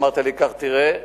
אמרת לי: קח, תראה.